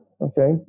Okay